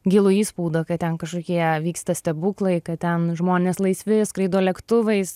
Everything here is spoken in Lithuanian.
gilų įspaudą kad ten kažkokie vyksta stebuklai kad ten žmonės laisvi skraido lėktuvais